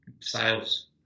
sales